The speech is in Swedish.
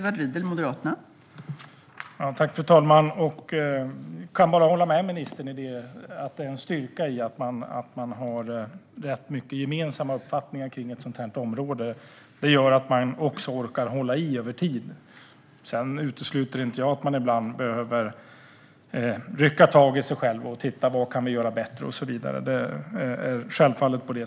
Fru ålderspresident! Jag kan bara hålla med ministern om att det är en styrka att ha ganska många gemensamma uppfattningar på ett sådant här område. Det gör också att man orkar hålla i över tid. Sedan utesluter jag inte att man ibland behöver rycka tag i sig själv och titta på vad man kan göra bättre och så vidare. Det är självklart.